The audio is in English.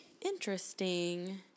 Interesting